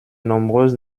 nombreuses